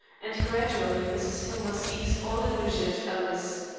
and gradually mrs. hillmer ceased all allusion to alice.